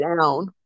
down